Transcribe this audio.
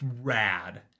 rad